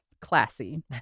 classy